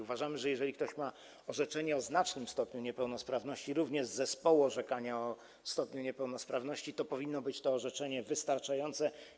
Uważamy, że jeżeli ktoś ma orzeczenie o znacznym stopniu niepełnosprawności, wydane również przez zespół do spraw orzekania o stopniu niepełnosprawności, to powinno być to orzeczenie wystarczające.